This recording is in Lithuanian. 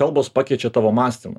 kalbos pakeičia tavo mąstymą